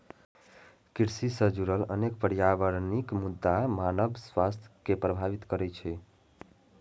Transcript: कृषि सं जुड़ल अनेक पर्यावरणीय मुद्दा मानव स्वास्थ्य कें प्रभावित करै छै